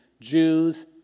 Jews